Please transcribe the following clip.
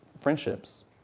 friendships